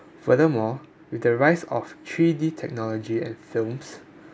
furthermore with the rise of three_D technology and films